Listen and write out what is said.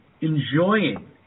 enjoying